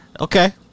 Okay